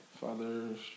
Father's